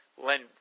Len